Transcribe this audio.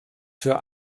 für